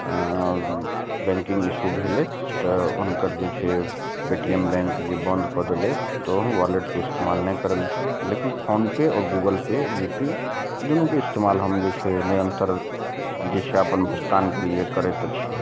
banking issue भेलै तऽ हुनकर जे छै पे टी एम बैंक जे बन्द कऽ देलैथ तऽ ओहू वॉलेटके इस्तेमाल नहि करै छी लेकिन फोन पे आओर गूगल पे जी पे शई दुनूके इस्तेमाल हम जे छै निरन्तर जे छै अपन भुगतानके लिए करैत छी